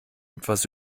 etwas